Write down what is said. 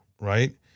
right